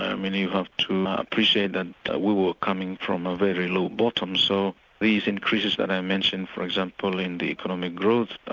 i mean you have to appreciate that we were coming from a very low bottom, so these increases that i mentioned for example in the economic growth,